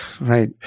right